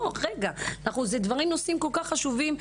אלה נושאים כל כך חשובים,